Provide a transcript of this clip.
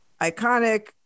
iconic